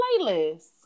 playlist